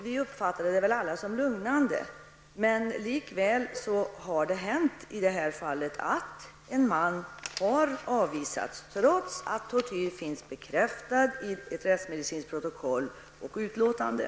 Vi uppfattade alla statsrådets svar som lugnande, men likväl har en man avvisats, trots att tortyr finns bekräftad i ett rättsmedicinskt utlåtande.